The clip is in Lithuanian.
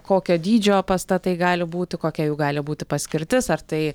kokio dydžio pastatai gali būti kokia jų gali būti paskirtis ar tai